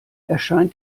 erscheinen